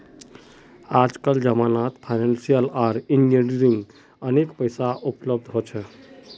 आजकल जमानत फाइनेंसियल आर इंजीनियरिंग अनेक पैसा उपलब्ध हो छे